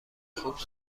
خوب